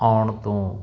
ਆਉਣ ਤੋਂ